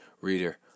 reader